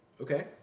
okay